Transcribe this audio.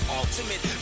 ultimate